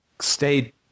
stayed